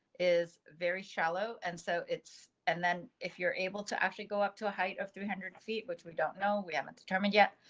is very shallow and so it's and then if you're able to actually go up to a height of three hundred feet, which we don't know, we haven't determined yet.